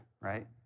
right